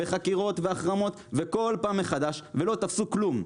חקירות והחרמות וכל פעם מחדש לא תפסו כלום.